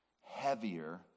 heavier